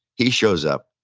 he shows up.